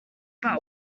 but